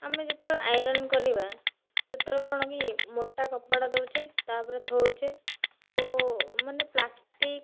ଆମେ ଯେତେବେଳେ ଆଇରନ୍ କରିବା ସେତେବେଳେ କଣ କି ମୋଟା କପଡ଼ା ଦେଉଛେ ତା ଉପରେ ଥୋଉଛେ କୋଉ ମାନେ ପ୍ଲାଷ୍ଟିକ୍